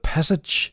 Passage